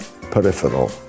peripheral